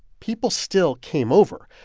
people still came over.